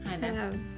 Hello